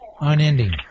Unending